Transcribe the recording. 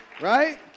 right